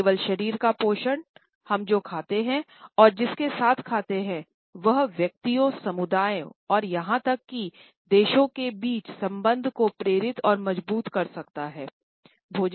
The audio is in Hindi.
केवल शरीर का पोषण हम जो खाते हैं और जिसके साथ खाते हैं वह व्यक्तियों समुदायों और यहां तक कि देशों के बीच संबंधों को प्रेरित और मजबूत कर सकता है "